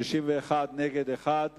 ועדת